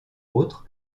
autres